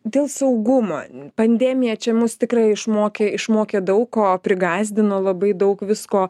dėl saugumo pandemija čia mus tikrai išmokė išmokė daug ko prigąsdino labai daug visko